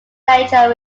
nature